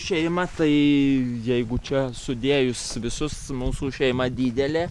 šeima tai jeigu čia sudėjus visus mūsų šeima didelė